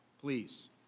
please